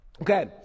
Okay